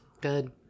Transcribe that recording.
Good